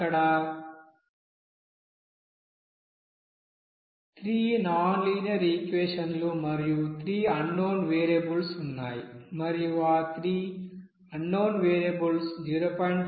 ఇక్కడ మనకు 3 non linear ఈక్వెషన్లు మరియు 3 అన్ నోన్ వేరియబుల్స్ ఉన్నాయి మరియు ఆ 3 అన్ నోన్ వేరియబుల్స్ 0